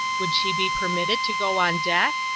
would she be permitted to go on deck?